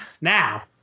Now